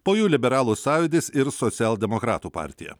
po jų liberalų sąjūdis ir socialdemokratų partija